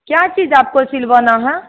क्या चीज आपको सिलवाना है